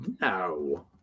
No